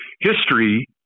History